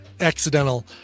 accidental